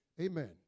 Amen